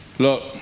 look